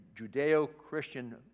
Judeo-Christian